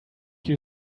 you